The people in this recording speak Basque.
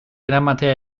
eramatea